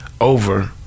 over